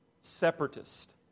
separatist